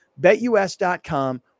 BetUS.com